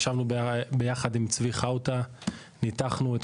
ישבנו יחד עם צבי חאוטה וניתחנו את